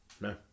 no